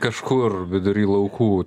kažkur vidury laukų